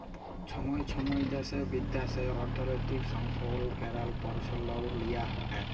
ছময় ছময় দ্যাশে বিদ্যাশে অর্থলৈতিক সংশধল ক্যরার পরসতাব লিয়া হ্যয়